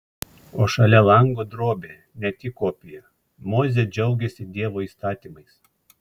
o šalia lango drobė ne tik kopija mozė džiaugiasi dievo įstatymais